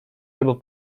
albo